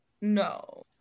No